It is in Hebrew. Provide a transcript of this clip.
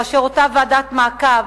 כאשר אותה ועדת מעקב